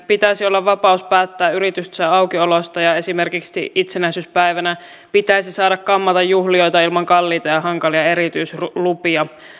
pitäisi olla vapaus päättää yritystensä aukioloista ja esimerkiksi itsenäisyyspäivänä pitäisi saada kammata juhlijoita ilman kalliita ja hankalia erityislupia